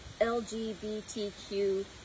LGBTQ